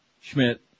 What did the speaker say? schmidt